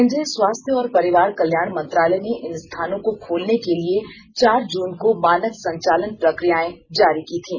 केंद्रीय स्वास्थ्य और परिवार कल्याण मंत्रालय ने इन स्थानों को खोलने के लिए चार जून को मानक संचालन प्रक्रियाएं जारी की थीं